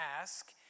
ask